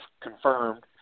confirmed